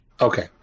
Okay